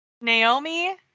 Naomi